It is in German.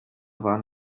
waren